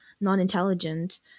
non-intelligent